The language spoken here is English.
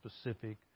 specific